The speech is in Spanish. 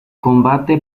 combate